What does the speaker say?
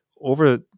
over